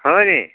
হয় নেকি